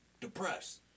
Depressed